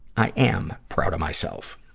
i am proud of myself.